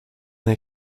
they